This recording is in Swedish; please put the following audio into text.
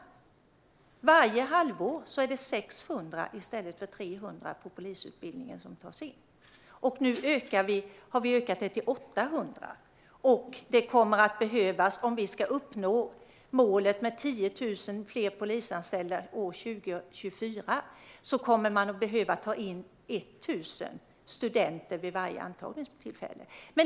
Varje halvår är det 600 i stället för 300 studenter som tas in på polisutbildningen. Vi har nu ökat antalet till 800, och om vi ska uppnå målet med 10 000 fler polisanställda år 2024 kommer man att behöva ta in 1 000 studenter vid varje antagningstillfälle.